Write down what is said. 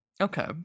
Okay